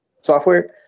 software